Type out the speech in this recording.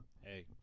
Hey